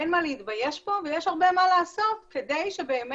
אין מה להתבייש פה ויש הרבה מה לעשות כדי שבאמת